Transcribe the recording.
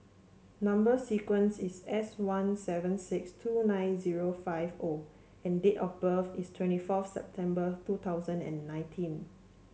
number sequence is S one seven six two nine zero five O and date of birth is twenty fourth September twenty nineteen